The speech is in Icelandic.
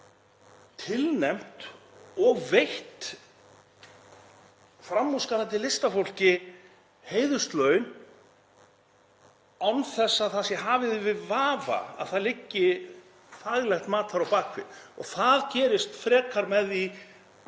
tilnefnt og veitt framúrskarandi listafólki heiðurslaun án þess að það sé hafið yfir vafa að það liggi faglegt mat þar á bak við. Það gerist frekar með